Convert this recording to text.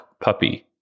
Puppy